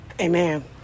Amen